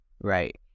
Right